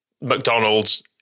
McDonald's